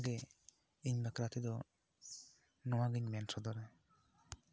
ᱱᱚᱣᱟ ᱜᱮ ᱤᱧ ᱵᱟᱠᱷᱨᱟ ᱛᱮᱫᱚ ᱱᱚᱣᱟ ᱜᱮᱧ ᱢᱮᱱ ᱥᱚᱫᱚᱨᱟ